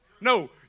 No